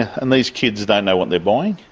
and these kids don't know what they're buying.